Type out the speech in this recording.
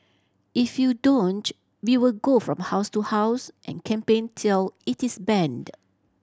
if you don't we will go from house to house and campaign till it is banned